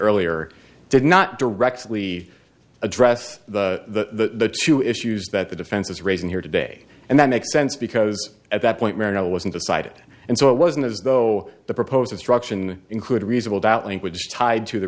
earlier did not directly address the two issues that the defense is raising here today and that makes sense because at that point right now it wasn't decided and so it wasn't as though the proposal struction include reasonable doubt language tied to the